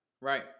Right